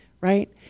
Right